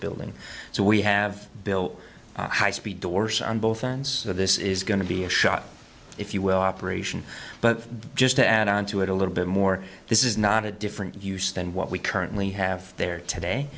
building so we have built high speed doors on both ends so this is going to be a shot if you will operation but just to add on to it a little bit more this is not a different use than what we currently have there today